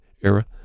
era